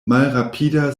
malrapida